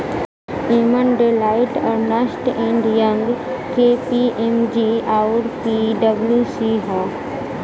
एमन Deloitte, Ernst and Young, KPMG आउर पी.डब्ल्यू.सी हौ